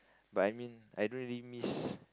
but I mean I don't really miss